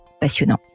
passionnant